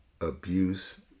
abuse